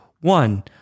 One